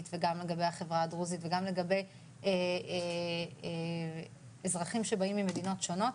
וגם לגבי החברה הדרוזית וגם לגבי אזרחים שבאים ממדינות שונות,